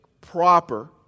proper